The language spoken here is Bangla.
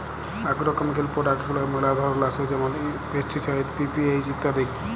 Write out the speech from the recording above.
আগ্রকেমিকাল প্রডাক্ট গুলার ম্যালা ধরল আসে যেমল পেস্টিসাইড, পি.পি.এইচ ইত্যাদি